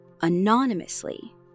anonymously